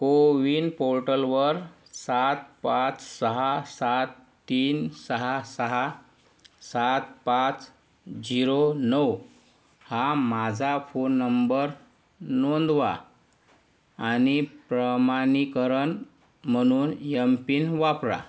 को विन पोर्टलवर सात पाच सहा सात तीन सहा सहा सात पाच झिरो नऊ हा माझा फोन नंबर नोंदवा आणि प्रमाणीकरण म्हणून यम पिन वापरा